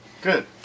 Good